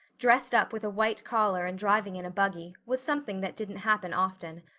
dressed up with a white collar and driving in a buggy, was something that didn't happen often.